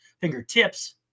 fingertips